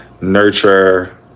nurture